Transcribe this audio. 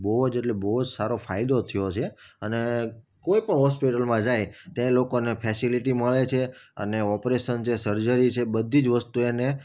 બહુ જ એટલે બહુ જ જ સારો ફાયદો થયો છે અને કોઈ પણ હોસ્પિટલમાં જાય ત્યાં લોકોને ફેસીલીટી મળે છે અને ઓપરેસન જે સર્જરી છે બધી જ વસ્તુ એને